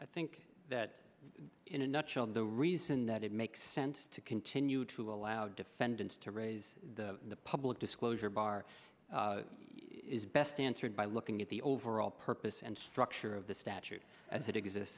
i think that in a nutshell the reason that it makes sense to continue to allow defendants to raise the public disclosure bar is best answered by looking at the overall purpose and structure of the statute as it exists